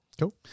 Cool